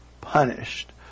punished